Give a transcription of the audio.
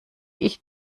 ich